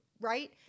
right